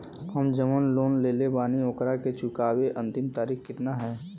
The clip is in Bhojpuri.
हम जवन लोन लेले बानी ओकरा के चुकावे अंतिम तारीख कितना हैं?